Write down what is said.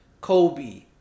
kobe